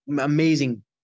amazing